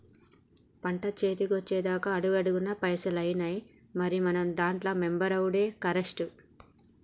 పంట సేతికొచ్చెదాక అడుగడుగున పైసలేనాయె, మరి మనం దాంట్ల మెంబరవుడే కరెస్టు